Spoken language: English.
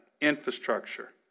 infrastructure